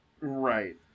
Right